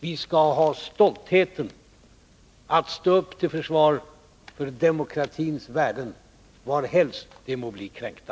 Vi skall kunna vara stolta över att stå upp till försvar för demokratins värden varhelst de må bli kränkta.